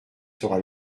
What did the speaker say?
sera